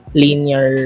linear